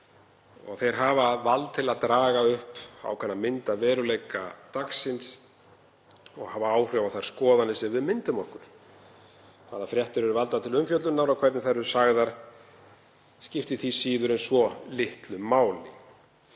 Þeir hafa vald til að draga upp ákveðna mynd af veruleika dagsins og hafa áhrif á þær skoðanir sem við myndum okkur. Hvaða fréttir eru valdar til umfjöllunar og hvernig þær eru sagðar skipti því síður en svo litlu máli.